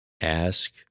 ask